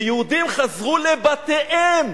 ויהודים חזרו לבתיהם.